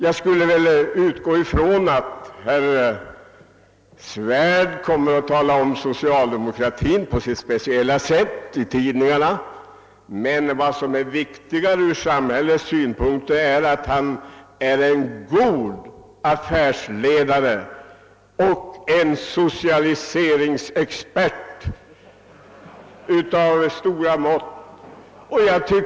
Jag kan utgå från att herr Svärd i tidningarna kommer att tala om socialdemokratin på sitt speciella sätt. Vad som emellertid ur samhällets synpunkt är viktigare är att han är en god affärsledare och en socialiseringsexpert av stora mått.